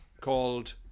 called